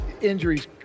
injuries